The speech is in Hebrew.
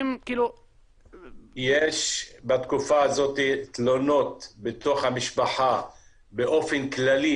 יש בתקופה הזאת תלונות בתוך המשפחה באופן כללי